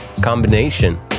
combination